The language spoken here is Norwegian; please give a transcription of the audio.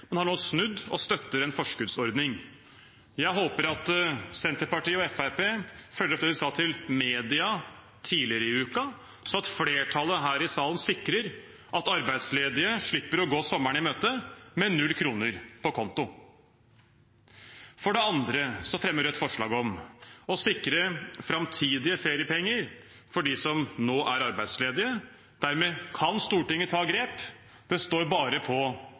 men har nå snudd og støtter en forskuddsordning. Jeg håper at Senterpartiet og Fremskrittspartiet følger opp det de sa til media tidligere i uken, sånn at flertallet her i salen sikrer at arbeidsledige slipper å gå sommeren i møte med null kroner på konto. For det andre fremmer Rødt forslag om å sikre framtidige feriepenger for dem som nå er arbeidsledige. Dermed kan Stortinget ta grep. Det står bare på